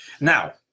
Now